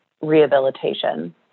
Rehabilitation